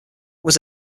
was